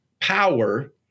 power